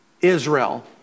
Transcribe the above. Israel